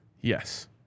Yes